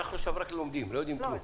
אנחנו עכשיו רק לומדים, לא יודעים כלום.